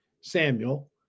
Samuel